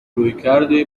رویکردی